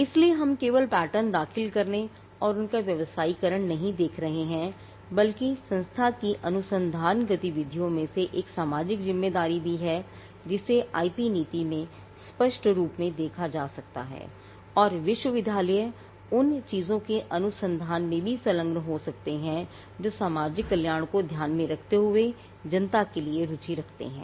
इसलिए हम केवल पैटर्न दाखिल करने और उनका व्यवसायीकरण नहीं देख रहे हैं बल्कि संस्था की अनुसंधान गतिविधियों में एक सामाजिक जिम्मेदारी भी है जिसे आईपी नीति में स्पष्ट रूप से लिखा जा सकता है और विश्वविद्यालय उन चीजों के अनुसंधान में भी संलग्न हो सकता है जो सामाजिक कल्याण को ध्यान में रखते हुए जनता के लिए रुचि रखते हैं